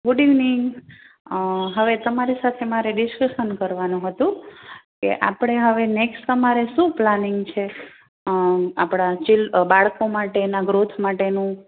good evening હવે તમારી સાથે મારે ડિસ્કશન કરવાનું હતું કે આપણે હવે નેક્સ્ટ તમારે શું પ્લાનિંગ છે આપણાં બાળકો માટેના ગ્રોથ માટેનું